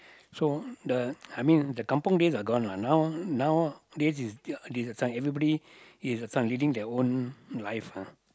so the I mean the kampung days are gone lah now nowadays is this uh everybody is living their own life lah